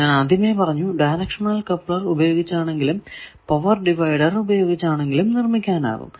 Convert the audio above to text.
ഞാൻ ആദ്യമേ പറഞ്ഞു ഡയറക്ഷണൽ കപ്ലർ ഉപയോഗിച്ചാണെങ്കിലും പവർ ഡിവൈഡർ ഉപയോഗിച്ചണെങ്കിലും നിർമിക്കാനാകും